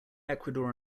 ecuador